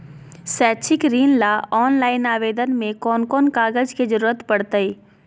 शैक्षिक ऋण ला ऑनलाइन आवेदन में कौन कौन कागज के ज़रूरत पड़तई?